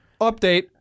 Update